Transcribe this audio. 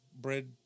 bread